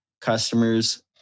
customers